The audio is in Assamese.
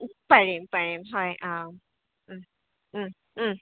পাৰিম পাৰিম হয় অ ওম ওম ওম